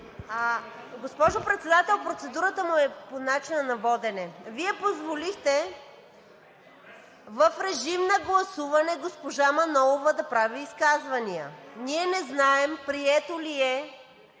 Госпожо Председател, процедурата ми е по начина на водене. Вие позволихте в режим на гласуване госпожа Манолова да прави изказвания. Ние не знаем прието ли е